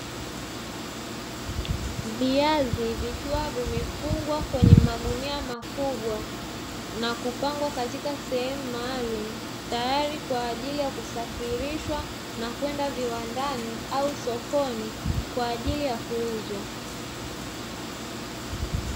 Viazi vikiwa vimefungwa kwenye magunia makubwa na kupangwa katika sehemu maalumu, tayari kwa ajili ya kusafirishwa na kwenda viwandani au sokoni kwa ajili ya kuuzwa.